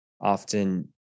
often